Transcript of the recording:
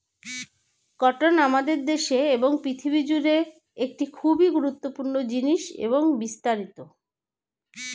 cotton আমাদের দেশে এবং পৃথিবী জুড়ে একটি খুবই গুরুত্বপূর্ণ জিনিস এবং বিস্তারিত